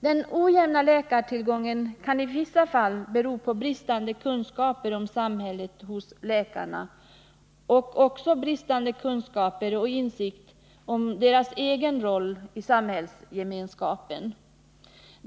Den ojämna läkartillgången kan i vissa fall bero på läkarnas bristande kunskaper om samhället och bristande insikt om sin egen roll i samhällsgemenskapen.